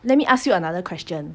let me ask you another question